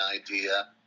idea